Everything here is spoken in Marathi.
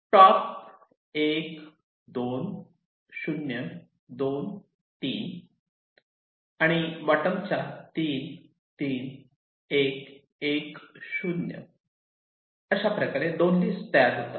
टॉप 1 2 0 2 3 आणि बॉटमच्या 3 3 1 1 0 अशाप्रकारे 2 लिस्ट तयार होतात